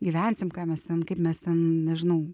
gyvensim ką mes ten kaip mes ten nežinau